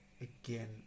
again